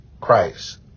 Christ